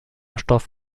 stoff